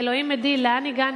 אלוהים עדי, לאן הגענו?